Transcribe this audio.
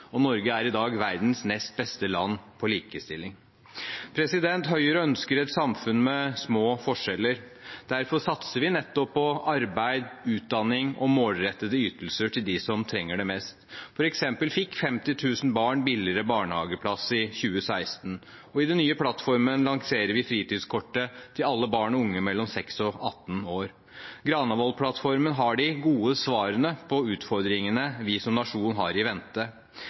og Norge er i dag verdens nest beste land på likestilling. Høyre ønsker et samfunn med små forskjeller. Derfor satser vi nettopp på arbeid, utdanning og målrettede ytelser til dem som trenger det mest. For eksempel fikk 50 000 barn billigere barnehageplass i 2016, og i den nye plattformen lanserer vi fritidskortet til alle barn og unge mellom 6 og 18 år. Granavolden-plattformen har de gode svarene på utfordringene vi som nasjon har i vente.